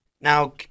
Now